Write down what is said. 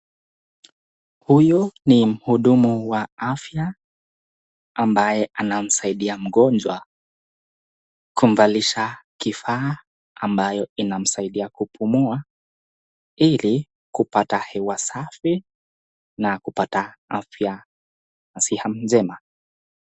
Huyu ni muhudumu wa afya, ambaye anamsaidia mgonjwa, kumvalisha kifaa ambayo inamsaidia kupumua ili kupata hewa safi na kupata afya na siha njema.